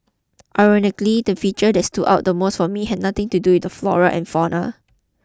ironically the feature that stood out the most for me had nothing to do with the flora and fauna